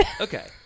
Okay